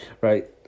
right